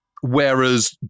Whereas